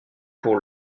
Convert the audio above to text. pour